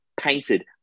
painted